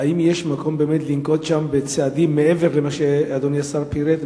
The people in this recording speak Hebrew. שיש מקום לנקוט שם צעדים מעבר למה שאדוני השר פירט,